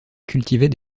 cultivait